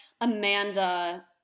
Amanda